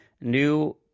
new